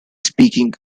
speaking